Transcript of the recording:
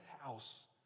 house